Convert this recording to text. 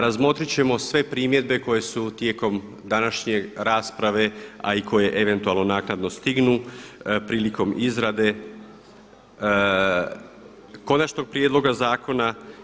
Razmotriti ćemo sve primjedbe koje su tijekom današnje rasprave a i koje eventualno naknadno stignu prilikom izrade konačnog prijedloga zakona.